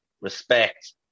respect